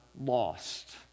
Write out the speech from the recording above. lost